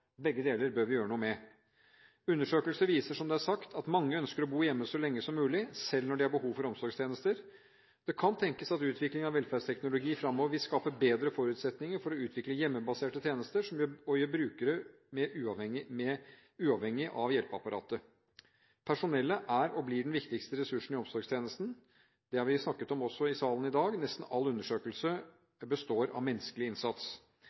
Begge deler bør vi gjøre noe med. Undesøkelser viser, som det er sagt, at mange ønsker å bo hjemme så lenge som mulig, selv når det er behov for omsorgstjenester. Det kan tenkes at utviklingen av velferdsteknologien framover vil skape bedre forutsetninger for å utvikle hjemmebaserte tjenester og gjøre brukerne mer uavhengige av hjelpeapparatet. Personellet er og blir den viktigste ressursen i omsorgstjenesten. Det har vi også snakket om i salen i dag. Nesten all undersøkelse består av menneskelig innsats.